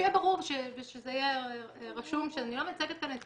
שיהיה ברור ושזה יהיה רשום שאני לא מייצגת כאן את